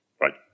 right